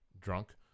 drunk